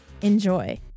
Enjoy